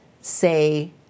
say